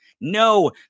No